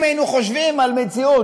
אם היינו חושבים על מציאות,